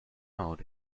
out